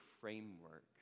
framework